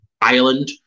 Ireland